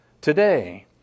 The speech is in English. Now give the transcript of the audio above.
today